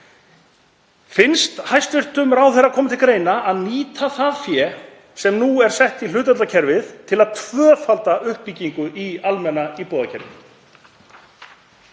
Finnst hæstv. ráðherra koma til greina að nýta það fé sem nú er sett í hlutdeildarlánakerfið til að tvöfalda uppbyggingu í almenna íbúðakerfinu?